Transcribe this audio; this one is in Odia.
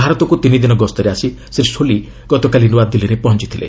ଭାରତକୁ ତିନିଦିନ ଗସ୍ତରେ ଆସି ଶ୍ରୀ ସୋଲି ଗତକାଲି ନୂଆଦିଲ୍ଲୀରେ ପହଞ୍ଚଥିଲେ